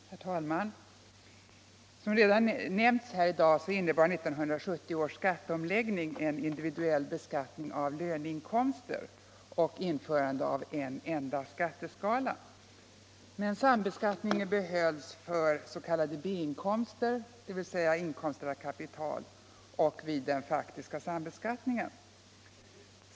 Herr talman! Som redan nämnts innebar 1970 års skatteomläggning en individuell beskattning av löneinkomster och införande av en enda skatteskala. Men sambeskattningen behölls för s.k. B-inkomster, dvs. inkomster av kapital, och vid den faktiska sambeskattningen.